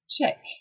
check